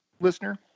listener